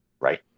right